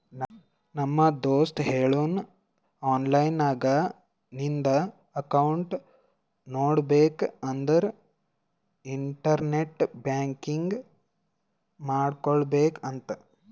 ನಮ್ ದೋಸ್ತ ಹೇಳುನ್ ಆನ್ಲೈನ್ ನಾಗ್ ನಿಂದ್ ಅಕೌಂಟ್ ನೋಡ್ಬೇಕ ಅಂದುರ್ ಇಂಟರ್ನೆಟ್ ಬ್ಯಾಂಕಿಂಗ್ ಮಾಡ್ಕೋಬೇಕ ಅಂತ್